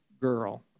girl